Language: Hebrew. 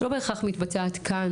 שלא בהכרח מתבצעת כאן,